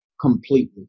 completely